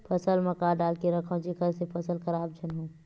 फसल म का डाल के रखव जेखर से फसल खराब झन हो?